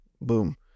Boom